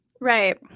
right